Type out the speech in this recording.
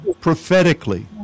prophetically